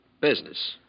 Business